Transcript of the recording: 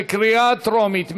בקריאה טרומית.